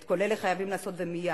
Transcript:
את כל אלה חייבים לעשות, ומייד.